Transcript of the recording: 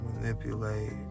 manipulate